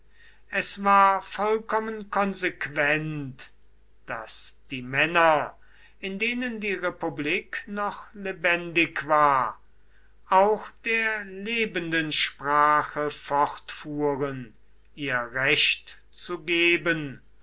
es war vollkommen konsequent daß die männer in denen die republik noch lebendig war auch der lebenden sprache fortfuhren ihr recht zu geben